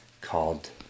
called